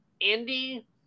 Andy